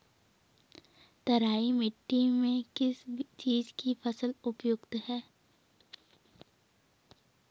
तराई मिट्टी में किस चीज़ की फसल उपयुक्त है?